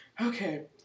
Okay